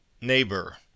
Neighbor